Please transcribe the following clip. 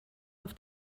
auf